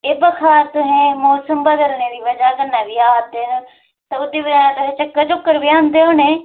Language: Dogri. ते एह् बुखार मौसम दी बजह कन्नै बी आवा दे न ते एह् चक्कर बी आंदे होने